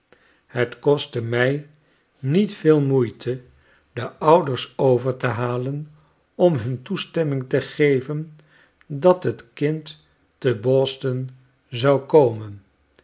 het kostte mij niet veel moeite de ouders over te halen om hun toestemming te geven dat het kind te boston zou komen